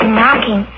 knocking